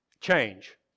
change